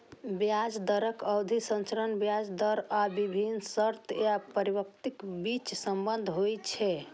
ब्याज दरक अवधि संरचना ब्याज दर आ विभिन्न शर्त या परिपक्वताक बीचक संबंध होइ छै